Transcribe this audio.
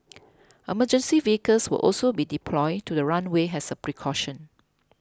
emergency vehicles will also be deployed to the runway as a precaution